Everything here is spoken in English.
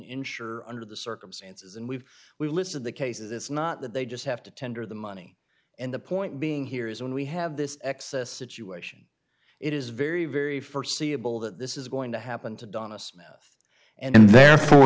insured under the circumstances and we've we've listed the cases it's not that they just have to tender the money and the point being here is when we have this excess situation it is very very for seeable that this is going to happen to donna's and therefore